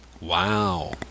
Wow